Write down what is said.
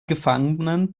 gefangenen